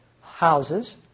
houses